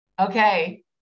Okay